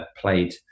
played